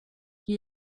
qui